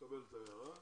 מקבל את ההערה.